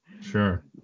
Sure